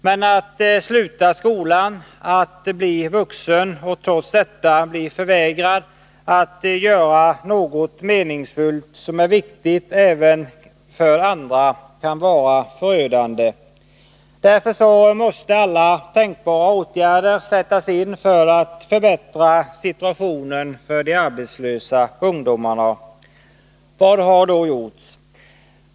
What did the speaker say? Men att sluta skolan och bli vuxen och trots detta förvägras att göra något meningsfullt arbete som är viktigt även för andra kan vara förödande. Därför måste alla tänkbara åtgärder sättas in för att förbättra situationen för de arbetslösa ungdomarna. Vad har då gjorts?